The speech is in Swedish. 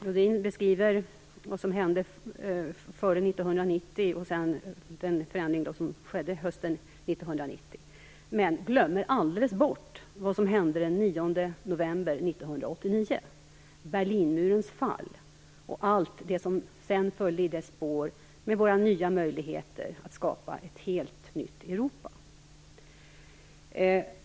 Rohdin beskriver vad som hände före 1990 och den förändring som skedde hösten 1990. Men han glömmer alldeles bort vad som hände den 9 november 1989. Han glömmer Berlinmurens fall och allt det som sedan följde i dess spår med nya möjligheter att skapa ett helt nytt Europa.